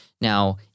Now